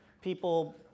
people